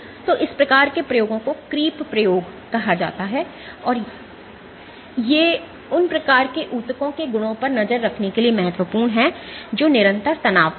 तो इस प्रकार के प्रयोगों को creep प्रयोग कहा जाता है और ये उन प्रकार के ऊतकों के गुणों पर नज़र रखने के लिए महत्वपूर्ण हैं जो निरंतर तनाव में हैं